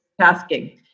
tasking